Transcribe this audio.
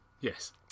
Yes